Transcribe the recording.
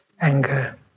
anger